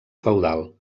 feudal